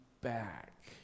back